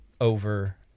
over